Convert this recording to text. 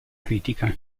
critica